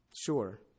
Sure